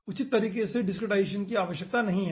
उचित तरीके से डिसक्रीटाईजेसन की आवश्यकता नहीं है